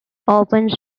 opens